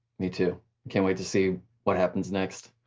me too. i can't wait to see what happens next.